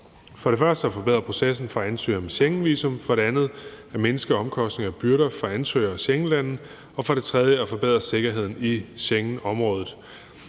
for det første at forbedre processen for ansøgere med Schengenvisum, for det andet at mindske omkostninger og byrder for ansøgere og Schengenlande, og for det tredje at forbedre sikkerheden i Schengenområdet.